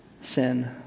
sin